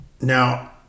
now